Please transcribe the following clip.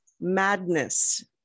madness